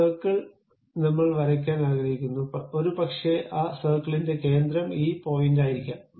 circle നമ്മൾ വരയ്ക്കാൻ ആഗ്രഹിക്കുന്നു ഒരുപക്ഷേ ആ സർക്കിളിന്റെ കേന്ദ്രം ഈ പോയിന്റായിരിക്കാം